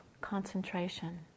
concentration